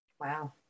Wow